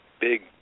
big